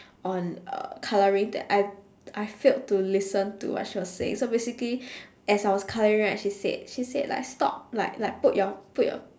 on uh colouring that I I failed to listen to what she was saying so basically as I was colouring right she said she said like stop like like put your put your